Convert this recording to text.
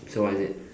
so what is it